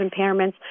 impairments